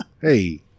hey